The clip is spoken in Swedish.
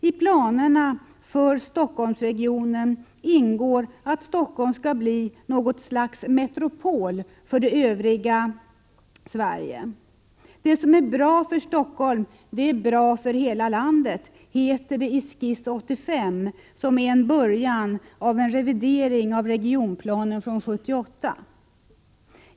I planerna för Stockholmsregionen ingår att Stockholm skall bli något slags metropol för det övriga Sverige. ”Det som är bra för Stockholm är bra för hela landet”, heter det i Skiss 85, som är början till en revidering av regionplanen från 1978.